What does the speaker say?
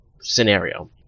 scenario